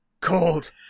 cold